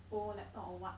borrow laptop or [what]